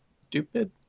stupid